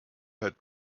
had